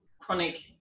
chronic